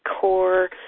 core